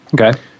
Okay